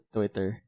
Twitter